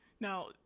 Now